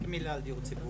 רק מילה על דיור ציבורי.